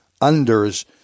unders